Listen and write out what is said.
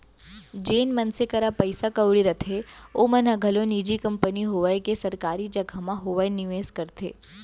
जेन मनसे करा पइसा कउड़ी रथे ओमन ह घलौ निजी कंपनी होवय के सरकारी जघा म होवय निवेस करथे